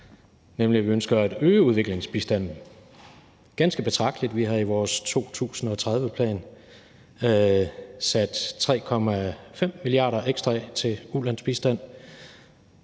nemlig at øge udviklingsbistanden ganske betragteligt. Vi har i vores 2030-plan sat 3,5 mia. kr. ekstra af til ulandsbistand.